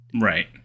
Right